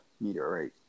meteorite